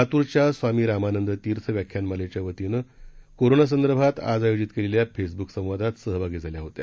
लातूरच्या स्वामी रामानंदतिर्थ व्याख्यानमालेच्या वतीनं कोरोनासंदर्भात आज आयोजित केलेल्या फेसब्क संवादात सहभागी झाल्या होत्या